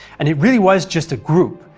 and it really was just a group,